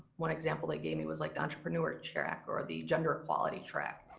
one example they gave me was like the entrepreneur track, or the gender equality track.